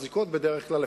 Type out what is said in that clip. מחזיקות בדרך כלל,